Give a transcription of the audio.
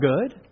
good